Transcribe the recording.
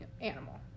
animal